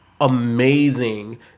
Amazing